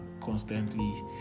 constantly